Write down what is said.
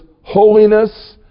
holiness